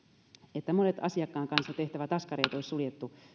että monet asiakkaan kanssa tehtävät askareet olisi suljettu